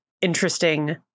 interesting